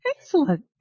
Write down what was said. Excellent